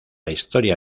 historia